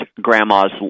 grandma's